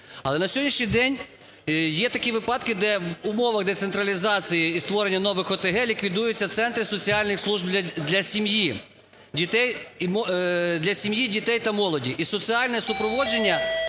Але на сьогоднішній день є такі випадки, де в умовах децентралізації і створення нових ОТГ ліквідуються центри соціальних служб для сім'ї, дітей та молоді, і соціальне супроводження